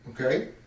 okay